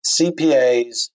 CPAs